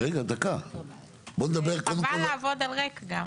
וחבל גם לעבוד על ריק.